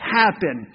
happen